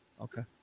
okay